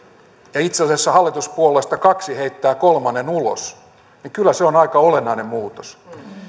ja itse asiassa hallituspuolueista kaksi heittää kolmannen ulos niin kyllä se on aika olennainen muutos